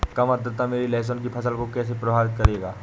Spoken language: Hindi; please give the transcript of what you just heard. कम आर्द्रता मेरी लहसुन की फसल को कैसे प्रभावित करेगा?